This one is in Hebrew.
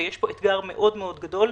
ויש פה אתגר מאוד מאוד גדול.